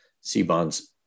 C-Bonds